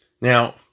Now